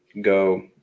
Go